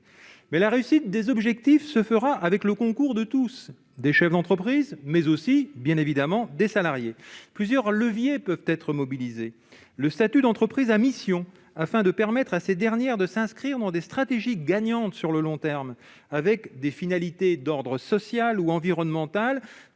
mais la réussite des objectifs se fera avec le concours de tous, des chefs d'entreprise mais aussi bien évidemment des salariés plusieurs leviers peuvent être mobilisés le statut d'entreprise à mission afin de permettre à ces dernières de s'inscrire dans des stratégies gagnantes sur le long terme avec des finalités d'ordre social ou environnemental